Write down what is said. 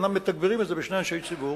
אומנם מתגברים את זה בשני אנשי ציבור.